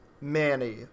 Manny